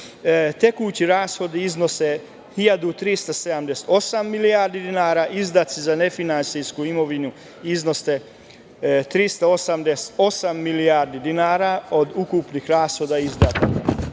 tekući rashodi iznose 1.378 milijardi dinara, izdaci za nefinansijsku imovinu iznose 388 milijardi dinara od ukupnih rashoda i izdataka.